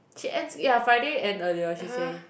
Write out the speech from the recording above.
she ends yeah Friday end earlier she say